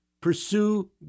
pursue